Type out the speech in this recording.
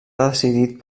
decidit